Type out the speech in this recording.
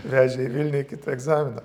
vežė į vilnių į kitą egzaminą